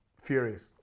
furious